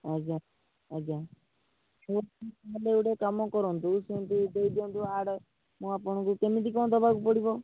ଆଜ୍ଞା ଆଜ୍ଞା ସେମତି ନହେଲେ ଗୋଟେ କାମ କରନ୍ତୁ ସେମିତି ଦେଇ ଦିଅନ୍ତୁ ଆଡ୍ ମୁଁ ଆପଣଙ୍କୁ କେମିତି କ'ଣ ଦେବାକୁ ପଡ଼ିବ